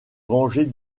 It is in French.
venger